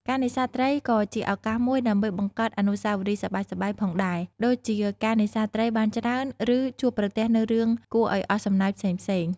ការនេសាទត្រីក៏ជាឱកាសមួយដើម្បីបង្កើតអនុស្សាវរីយ៍សប្បាយៗផងដែរ ដូចជាការនេសាទត្រីបានច្រើនឬជួបប្រទះនូវរឿងគួរឱ្យអស់សំណើចផ្សេងៗ។